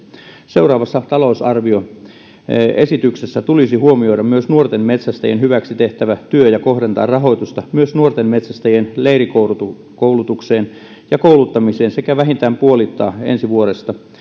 seuraavassa talousarvioesityksessä tulisi huomioida myös nuorten metsästäjien hyväksi tehtävä työ ja kohdentaa rahoitusta myös nuorten metsästäjien leirikoulutukseen ja kouluttamiseen sekä vähintään puolittaa ensi vuodesta